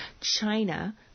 China